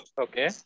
okay